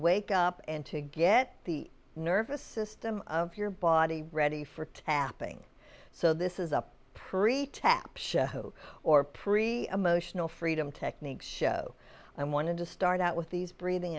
wake up and to get the nervous system of your body ready for tapping so this is up pretax or pre emotional freedom technique show i wanted to start out with these breathing